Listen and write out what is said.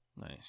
nice